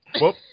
Whoop